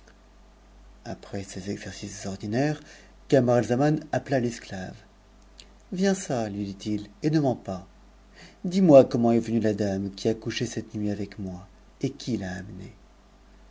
après ces exercices ordinaires camaralzaman appela l'esclave v ens ça lui dit-il et ne mens pas dis-moi comment est venue la dame qui a couché cette nuit avec moi et qui l'a amenée